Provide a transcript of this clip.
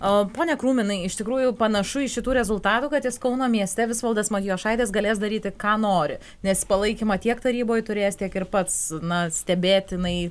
pone krūminai iš tikrųjų panašu į šitų rezultatų kad jis kauno mieste visvaldas matijošaitis galės daryti ką nori nes palaikymą tiek taryboje turės tiek ir pats na stebėtinai